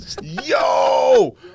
Yo